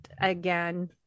again